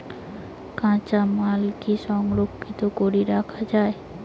কাঁচামাল কি সংরক্ষিত করি রাখা যায়?